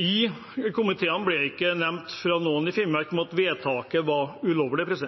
I komiteene ble det ikke nevnt av noen fra Finnmark at vedtaket var ulovlig.